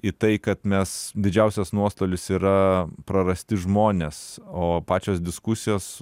į tai kad mes didžiausias nuostolis yra prarasti žmones o pačios diskusijos